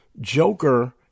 Joker